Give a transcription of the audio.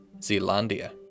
Zealandia